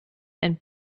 and